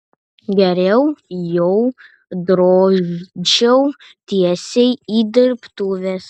geriau jau drožčiau tiesiai į dirbtuves